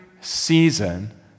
season